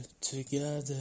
together